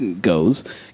goes